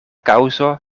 kaŭzo